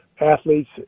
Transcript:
athletes